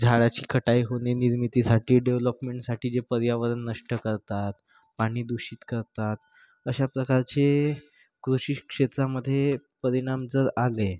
झाडाची कटाइ होने निर्मितीसाठी डेव्हलपमेंटसाठी जे पर्यावरण नष्ट करतात पाणी दूषित करतात अशा प्रकारचे कृषिक्षेत्रामध्ये परिणाम जर आले